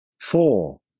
Four